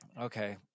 okay